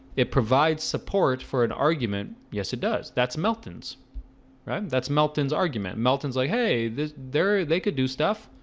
it provides support for an argument. yes. it does. that's melton's right that's melton's argument melton's like hey this their they could do stuff.